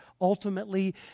Ultimately